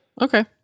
Okay